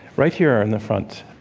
right here in the front.